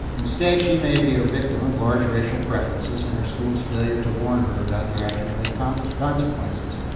instead she may be a victim of large racial preferences and her school's failure to warn her about their academic um consequences.